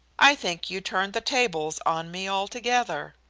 i think you turn the tables on me altogether.